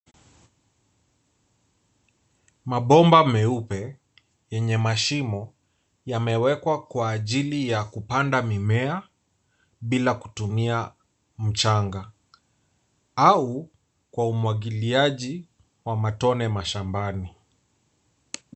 Mabomba meupe yenye mashimo yamewekwa kwa ajili ya kupanda mimea bila kutumia mchanga au kwa umwagiliaji wa matone mashambani.